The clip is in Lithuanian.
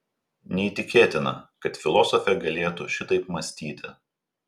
neįtikėtina kad filosofė galėtų šitaip mąstyti